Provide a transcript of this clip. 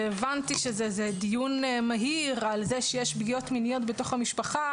והבנתי שזה דיון מהיר על זה שיש פגיעות מיניות בתוך המשפחה,